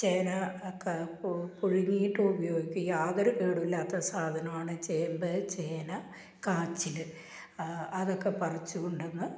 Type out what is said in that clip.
ചേന ഒക്കെ പു പുഴുങ്ങിയിട്ട് ഉപയോഗിക്കും യാതൊരു കേടുമില്ലാത്ത സാധനമാണ് ചേമ്പ് ചേന കാച്ചിൽ അതൊക്കെ പറിച്ച് കൊണ്ടു വന്ന്